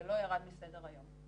זה לא ירד מסדר היום.